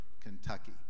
Kentucky